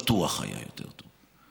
בטוח היה יותר טוב.